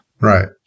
Right